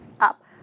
up